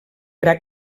gra